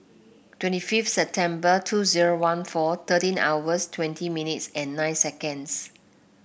twenty fifth September two zero one four thirteen hours twenty minutes and nine seconds